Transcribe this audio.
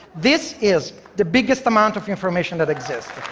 this is the biggest amount of information that exists.